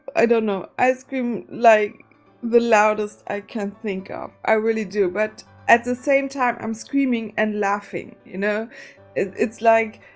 i don't know i scream like the loudest i can think of i really do but at the same time i'm screaming and laughing, you know it's like